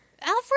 Alfred